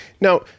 Now